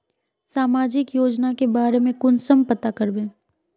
सामाजिक योजना के बारे में कुंसम पता करबे?